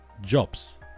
jobs